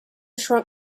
shrunk